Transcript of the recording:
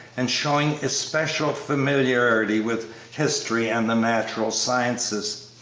and showing especial familiarity with history and the natural sciences.